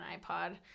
ipod